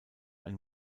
ein